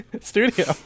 Studio